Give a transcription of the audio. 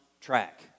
track